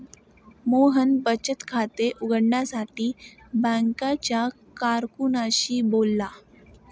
मोहन बचत खाते उघडण्यासाठी बँकेच्या कारकुनाशी बोलला